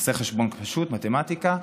נעשה חשבון פשוט, מתמטיקה,